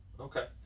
Okay